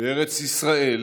בארץ ישראל,